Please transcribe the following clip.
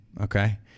Okay